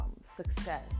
success